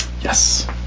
Yes